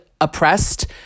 oppressed